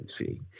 See